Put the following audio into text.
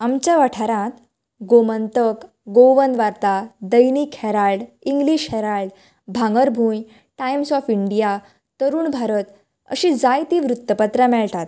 आमच्या वाठारांत गोमंतक गोवन वार्ता दैनीक Herald English Herald Bhangarbhuin Times of India Tarun Bharat अशी जायती वृत्तपत्रां मेळटात